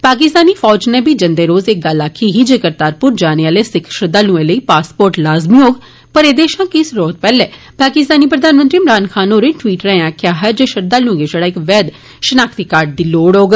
पाकिस्तानी फौज नै बी जंदे रोज एह् गल्ल आक्खी ही जे करतारपुर जाने आहले सिक्ख श्रद्वालुएं लेई पासपोर्ट लाज़मी होग पर एहदे शा किश रोज पैहले पाकिस्तानी प्रधानमंत्री इमरान खान होरें टवीट् राएं आखेआ हा जे श्रद्धाल्एं गी छड़ा इक वैद्य शनाख्ती कार्ड दी लोड़ होग